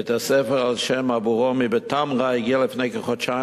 בית-הספר על-שם אבו רומי בתמרה הגיע לפני כחודשיים